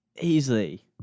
easily